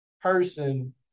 person